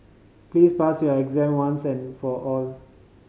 please pass your exam once and for all